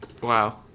wow